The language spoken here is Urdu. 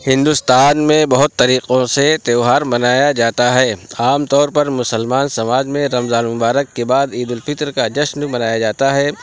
ہندوستان میں بہت طریقوں سے تہوار منایا جاتا ہے عام طور پر مسلمان سماج میں رمضان المبارک کے بعد عید الفطر کا جشن منایا جاتا ہے